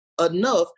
enough